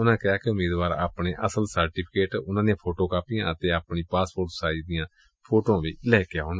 ਉਨਾਂ ਕਿਹਾ ਕਿ ਉਮੀਦਵਾਰ ਆਪਣੇ ਅਸਲ ਸਰਟੀਫੀਕੇਟ ਉਨਾਂ ਦੀਆਂ ਫੋਟੋ ਕਾਪੀਆਂ ਅਤੇ ਆਪਣੀਆਂ ਪਾਸਪੋਰਟ ਸਾਈਜ਼ ਦੀਆਂ ਫੋਟੋਆਂ ਨਾਲ ਲੈ ਕੇ ਆਉਣ